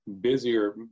busier